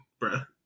bruh